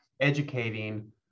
educating